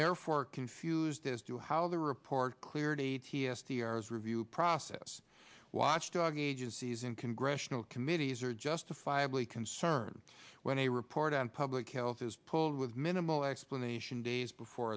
therefore confused as to how the report cleared a t s t r s review process watchdog agencies and congressional committees are justifiably concerned when a report on public health is pulled with minimal explanation days before